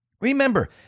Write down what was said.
Remember